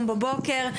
היום בבוקר,